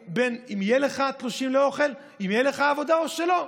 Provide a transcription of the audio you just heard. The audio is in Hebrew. אם יהיו לך תלושים לאוכל, אם תהיה לך עבודה או לא.